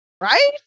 right